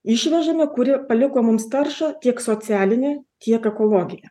išvežame kuri paliko mums taršą tiek socialinę tiek ekologiją